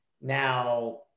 Now